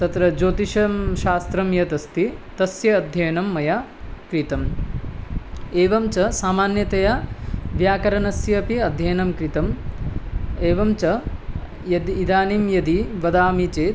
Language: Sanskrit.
तत्र ज्योतिषं शास्त्रं यदस्ति तस्य अध्ययनं मया कृतम् एवं च सामान्यतया व्याकरणस्य अपि अध्ययनं कृतम् एवं च यद् इदानीं यदि वदामि चेत्